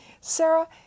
Sarah